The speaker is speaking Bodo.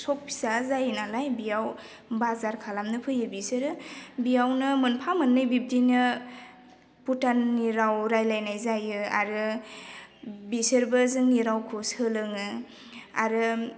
सक फिसा जायो नालाय बियाव बाजार खालामनो फैयो बिसोरो बेयावनो मोनफा मोननै बिब्दिनो भुटाननि राव रायलायनाय जायो आरो बिसोरबो जोंनि रावखौ सोलोङो आरो